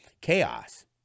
chaos